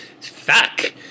Fuck